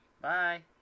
Bye